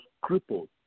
crippled